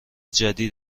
جدید